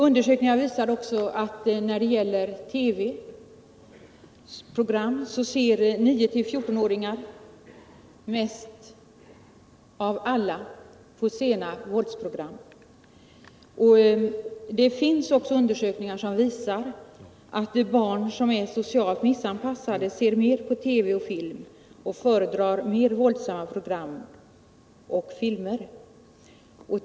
Undersökningar visar att när det gäller TV så ser 9-14-åringar mest av alla på sena våldsprogram. Det finns också undersökningar som visar att de barn som är socialt missanpassade ser mer på TV och film och föredrar mer våldsamma program och filmer.